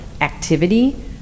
activity